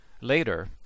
Later